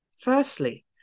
firstly